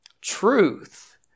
truth